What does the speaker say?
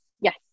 yes